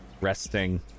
resting